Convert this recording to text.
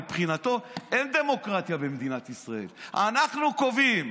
מבחינתו אין דמוקרטיה במדינת ישראל: אנחנו קובעים.